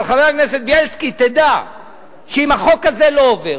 אבל, חבר הכנסת בילסקי, תדע שאם החוק הזה לא עובר